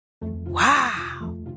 Wow